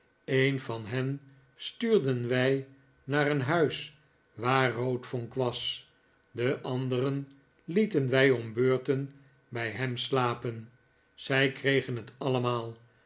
een van hen stuurden wij naar een huis waar roodvonk was de anderen lieten wij om beurten bij hem slapen zij kregen het allemaal